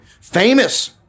Famous